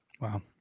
wow